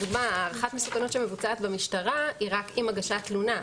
לדוגמא הערכת מסוכנות שמבוצעת במשטרה היא רק עם הגשת תלונה,